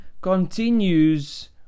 continues